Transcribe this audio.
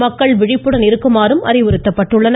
மக்கள் விழிப்புடன் இருக்குமாறு அறிவுறுத்தப்பட்டுள்ளனர்